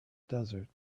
desert